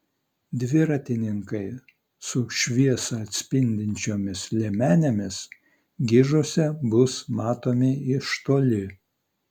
dviratininkai su šviesą atspindinčiomis liemenėmis gižuose bus matomi iš toli